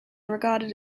regarded